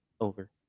over